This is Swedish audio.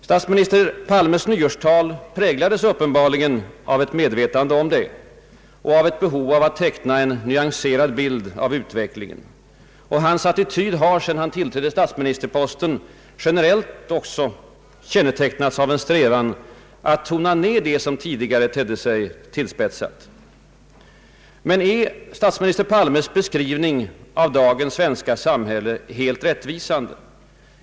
Statsminister Palmes nyårstal präglades uppenbarligen av ett medvetande om detta och ett behov att teckna en nyanserad bild av utvecklingen. Hans attityd har, sedan han tillträdde statsministerposten, generellt också kännetecknats av en strävan att tona ned det som tidigare tedde sig tillspetsat. Men är statsminister Palmes beskrivning av dagens svenska samhälle helt rättvisande?